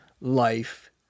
life